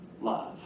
love